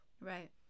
Right